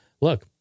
look